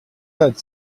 said